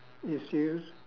you serious